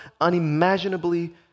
unimaginably